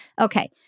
Okay